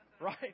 right